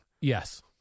Yes